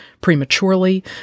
prematurely